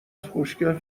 خوشگل